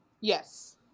Yes